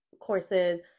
courses